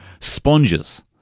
sponges